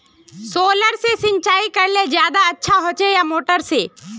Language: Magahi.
सोलर से सिंचाई करले ज्यादा अच्छा होचे या मोटर से?